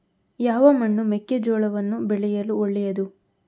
ಯಾವ ಮಣ್ಣು ಮೆಕ್ಕೆಜೋಳವನ್ನು ಬೆಳೆಯಲು ಒಳ್ಳೆಯದು?